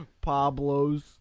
Pablo's